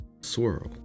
Swirl